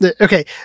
okay